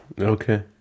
Okay